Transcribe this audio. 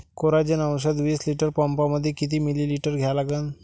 Coragen औषध विस litre पंपामंदी किती मिलीमिटर घ्या लागन?